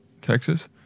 Texas